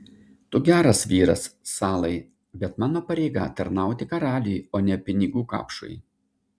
tu geras vyras salai bet mano pareiga tarnauti karaliui o ne pinigų kapšui